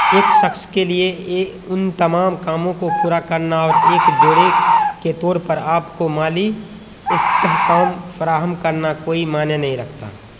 ایک شخص کے لیے ان تمام کاموں کو پورا کرنا اور ایک جوڑے کے طور پر آپ کو مالی استحکام فراہم کرنا کوئی معنی نہیں رکھتا